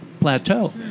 plateau